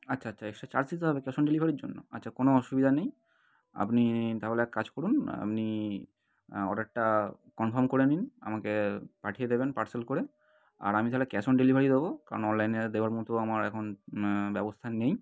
আচ্ছা আচ্ছা extra charge দিতে হবে ক্যাশ অন ডেলিভারির জন্য আচ্ছা কোনো অসুবিধা নেই আপনি তাহলে এক কাজ করুন আপনি অর্ডারটা কনফার্ম করে নিন আমাকে পাঠিয়ে দেবেন পার্সেল করে আর আমি তাহলে ক্যাশ অন ডেলিভারি দেবো কারণ অনলাইনে দেবার মতো আমার এখন ব্যবস্থা নেই